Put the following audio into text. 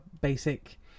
basic